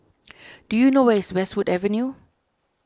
do you know where is Westwood Avenue